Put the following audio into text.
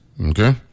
okay